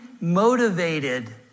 motivated